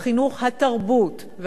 התרבות והספורט,